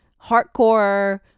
hardcore